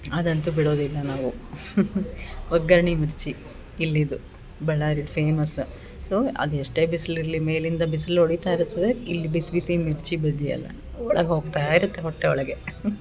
ಅದಂತು ಬಿಡೋದಿಲ್ಲ ನಾವು ಒಗ್ಗರಣೆ ಮಿರ್ಚಿ ಇಲ್ಲಿದು ಬಳ್ಳಾರಿದು ಫೇಮಸ ಸೊ ಅದು ಎಷ್ಟೇ ಬಿಸ್ಲು ಇರಲಿ ಮೇಲಿಂದ ಬಿಸ್ಲು ಹೊಡಿತಾ ಇರ್ತದೆ ಇಲ್ಲಿ ಬಿಸಿ ಬಿಸಿ ಮಿರ್ಚಿ ಬಜ್ಜಿ ಎಲ್ಲ ಒಳಗೆ ಹೋಗ್ತಾ ಇರುತ್ತೆ ಹೊಟ್ಟೆ ಒಳಗೆ